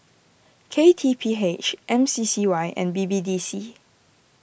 K T P H M C C Y and B B D C